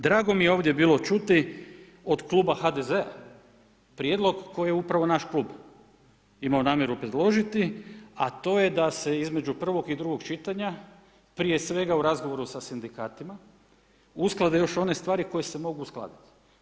Drago mi je ovdje bilo čuti od kluba HDZ-a prijedlog koji je upravo naš klub imao namjeru predložiti a to je da se između prvog i drugog čitanja prije svega u razgovoru sa sindikatima, usklade još one stvari koje se mogu uskladiti.